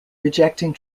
rejecting